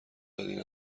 دادین